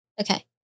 Okay